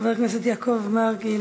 חבר הכנסת יעקב מרגי,